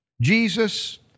Jesus